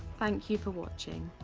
thank you for watching